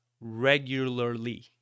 regularly